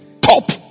top